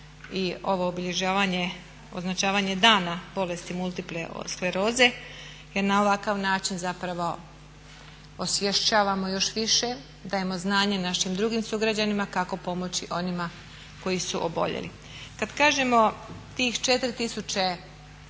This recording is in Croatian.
i ovo obilježavanje, označavanje Dana bolesti multiple skleroze jer na ovakav način zapravo osvješćavamo još više, dajemo na znanje našim drugim sugrađanima kako pomoći onima koji su oboljeli. Kad kažemo tih 4000